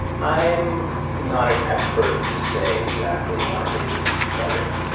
i am not an expert to say exactly why they would be better.